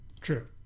True